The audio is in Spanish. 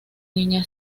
niña